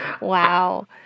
wow